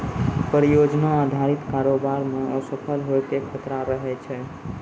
परियोजना अधारित कारोबार मे असफल होय के खतरा रहै छै